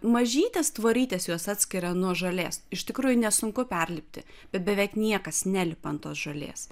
mažytės tvorytės juos atskiria nuo žolės iš tikrųjų nesunku perlipti bet beveik niekas nelipa ant tos žolės